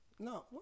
No